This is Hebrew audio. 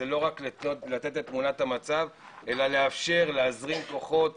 זה לא רק לתת את תמונת המצב אלא לאפשר להזרים כוחות